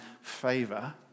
favor